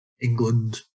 England